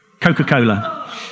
Coca-Cola